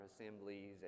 assemblies